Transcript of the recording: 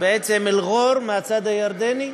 אל-ע'ור מהצד הירדני,